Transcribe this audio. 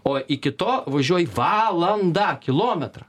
o iki to važiuoji valandą kilometrą